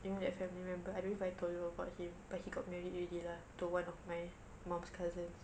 you know that family member I don't know if I told you about him but he got married already lah to one of my mum's cousins